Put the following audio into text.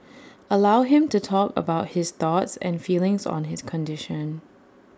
allow him to talk about his thoughts and feelings on his condition